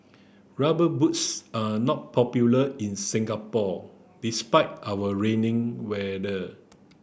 rubber boots are not popular in Singapore despite our rainy weather